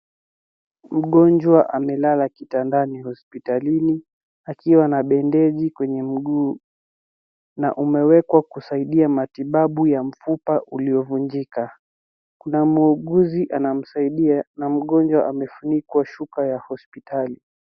Mgonjwa amelala kitandani hospitalini akiwa na bendeji kwenye mguu na umewekwa kusaidia matibabu ya mfupa uliovunjika . Kuna muuguzi anamsaidia na mgonjwa amefunikwa shuka ya hospitali.